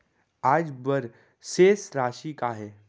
आज बर शेष राशि का हे?